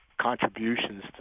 contributions